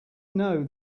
know